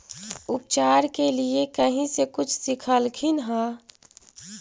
उपचार के लीये कहीं से कुछ सिखलखिन हा?